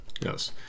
Yes